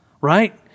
right